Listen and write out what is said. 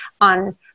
on